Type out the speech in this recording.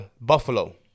Buffalo